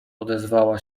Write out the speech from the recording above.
odezwała